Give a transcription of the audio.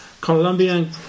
Colombian